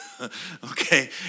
okay